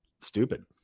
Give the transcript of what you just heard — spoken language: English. stupid